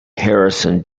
harrison